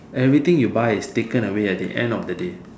everything you buy is taken away at the end of the day